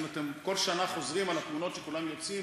כל שנה חוזרים על התמונות שכולם יוצאים